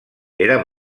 era